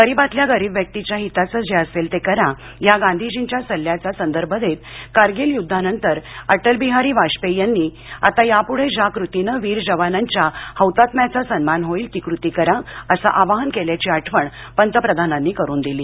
गरिबातल्या गरीब व्यक्तीच्या हिताचं जे असेल ते करा या गांधीजींच्या सल्ल्याचा संदर्भ देत करगिल युद्धानंतर अटलबिहारी वाजपेयी यांनी आता यापुढे ज्या कृतीनं वीर जवानांच्या हौतात्म्याचा सन्मान होईल ती कृती करा असं आवाहन केल्याची आठवण पंतप्रधानांनी करून दिली